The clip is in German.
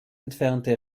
entfernte